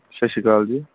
ਸਤਿ ਸ਼੍ਰੀ ਅਕਾਲ ਜੀ